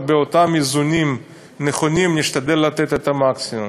באותם איזונים נכונים נשתדל לתת את המקסימום.